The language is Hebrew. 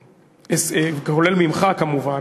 כולל ממך כמובן,